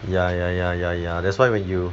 ya ya ya ya ya that's why when you